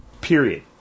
Period